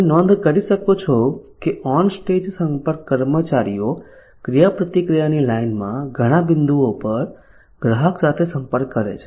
તમે નોંધ કરી શકો છો કે ઓન સ્ટેજ સંપર્ક કર્મચારીઓ ક્રિયાપ્રતિક્રિયાની લાઇનમાં ઘણા બિંદુઓ પર ગ્રાહક સાથે સંપર્ક કરે છે